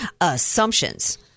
assumptions